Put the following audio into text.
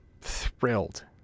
thrilled